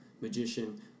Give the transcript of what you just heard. magician